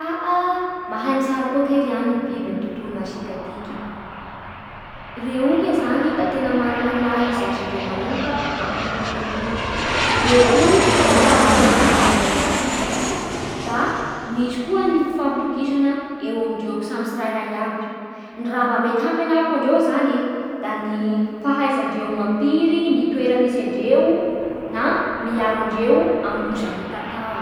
Ah ah, mahay mitsara koa kay ry agno ny biby amin'ny tontolo mazika tiky. Reo io kay zany da tena mana ny maha izy azy manoka amin'y tontolo etoy, reo io no manao ny fandaminan'ny natiora. Da misy koa ny fifampitokisana eo amindreo samy tsirairay aby. Ny raha mba mety hampianariko andreo zany de mba ny fahaizandreo mampiry ny toera misy andreo na miaro andreo amin'ny loza mitatao.